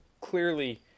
Clearly